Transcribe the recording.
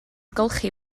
golchi